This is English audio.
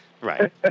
Right